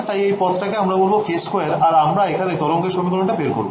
তাইএই পদটাকে আমরা বলবো k′2 আর আমরা এখানে তরঙ্গের সমীকরণটা বের করবো